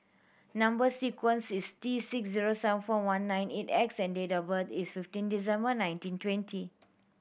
number sequence is T six zero seven four one nine eight X and date of birth is fifteen December nineteen twenty